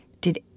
Did